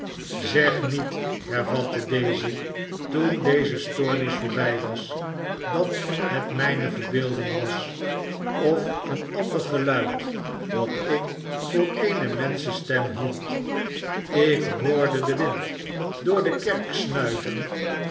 zeg niet hervatte daisy toen deze stoornis voorbij was dat het mijne verbeelding was of een ander geluid dat ik voor eene menschenstem hield ik hoorde den wind door de kerk snuiven